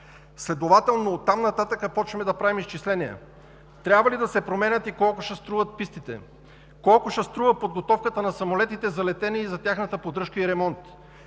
Следователно оттам нататък започваме да правим изчисления: трябва ли да се променят и колко ще струват пистите; колко ще струва подготовката на самолетите за летене и за тяхната поддръжка и ремонт;